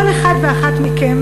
כל אחד ואחת מכם,